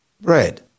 bread